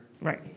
Right